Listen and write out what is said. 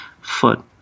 foot